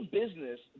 business